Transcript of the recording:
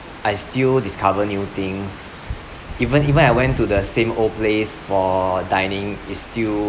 I still discover new things even even I went to the same old place for dining it's still